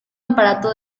aparato